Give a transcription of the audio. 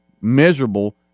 miserable